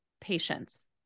patience